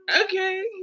Okay